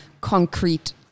concrete